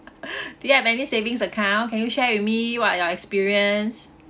do you have any savings account can you share with me what your experience